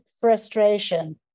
frustration